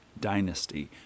dynasty